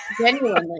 Genuinely